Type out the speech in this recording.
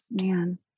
Man